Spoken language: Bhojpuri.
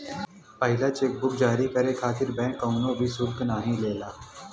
पहिला चेक बुक जारी करे खातिर बैंक कउनो भी शुल्क नाहीं लेला